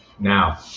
Now